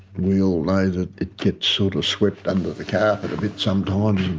we all know that it gets sort of swept under the carpet a bit sometimes.